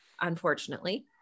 unfortunately